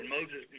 Moses